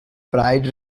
pride